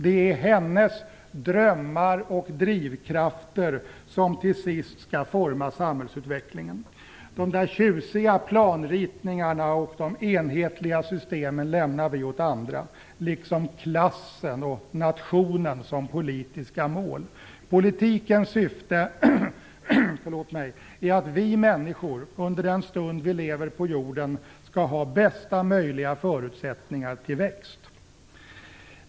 Det är hennes drömmar och drivkraft som till sist skall forma samhällsutvecklingen. De tjusiga planritningarna och de enhetliga systemen lämnar vi åt andra, liksom klassen och nationen, som politiska mål. Politikens syfte är att se till att vi människor under den stund vi lever på jorden skall ha bästa möjliga förutsättningar till växt.